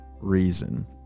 reason